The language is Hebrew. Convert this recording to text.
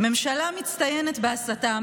ממשלה מצטיינת בהסתה.